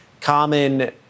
common